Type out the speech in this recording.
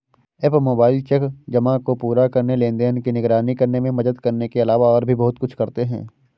app mobile cheque जमा को पूरा करने, लेनदेन की निगरानी करने में मदद करने के अलावा और भी बहुत कुछ करते हैं